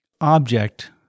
object